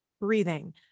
breathing